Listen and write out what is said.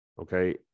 Okay